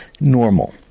Normal